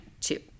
two